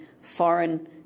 foreign